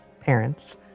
parents